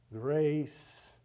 grace